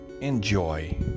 enjoy